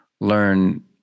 learn